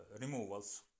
removals